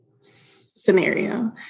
scenario